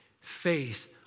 faith